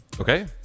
Okay